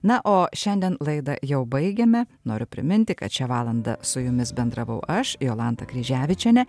na o šiandien laidą jau baigiame noriu priminti kad šią valandą su jumis bendravau aš jolanta kryževičienė